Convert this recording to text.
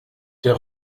der